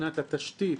מבחינת התשתית